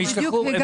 זה לא הולך